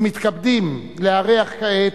ומתכבדים לארח כעת,